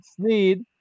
Sneed